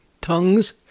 Tongues